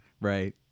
Right